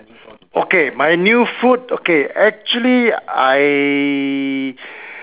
okay my new food okay actually I